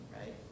right